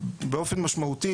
באופן משמעותי,